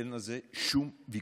אין על זה שום ויכוח.